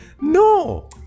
No